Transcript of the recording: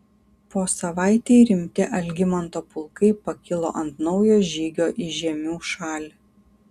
po savaitei rimti algimanto pulkai pakilo ant naujo žygio į žiemių šalį